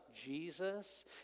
Jesus